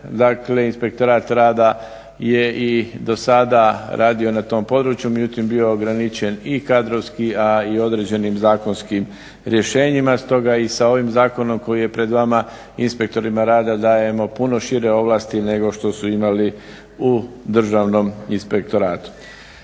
dakle inspektorat rada je i do sada radio na tom području, međutim bio je ograničen i kadrovski a i određenim zakonskim rješenjima. Stoga i sa ovim zakonom koji je pred vama inspektorima rada dajemo puno šire ovlasti nego što su imali u državnom inspektoratu.